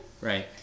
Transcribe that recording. Right